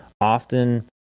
often